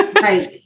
Right